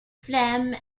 phlegm